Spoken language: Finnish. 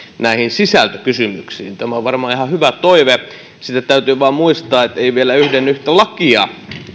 sisältökysymyksiin tämä on varmaan ihan hyvä toive sitten täytyy vain muistaa että ei ole hyväksytty vielä yhden yhtä lakia